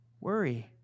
worry